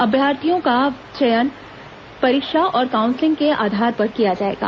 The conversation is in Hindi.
अभ्यर्थियों का चयन प्राक्चयन परीक्षा और काउंसिलिंग के आधार पर किया जाएगा